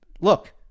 Look